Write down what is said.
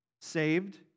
saved